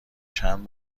چند